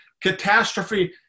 catastrophe